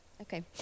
Okay